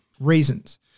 reasons